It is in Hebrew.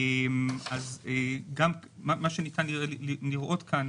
מה שניתן לראות כאן,